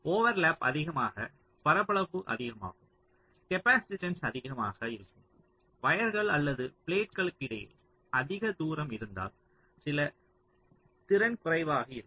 overlap அதிகமாக பரப்பளவு அதிகமாகும் கேப்பாசிட்டன்ஸ் அதிகமாக இருக்கும் வயர்கள் அல்லது ப்ளேட்களுக்கு இடையில் அதிக தூரம் இருந்தால் திறன் குறைவாக இருக்கும்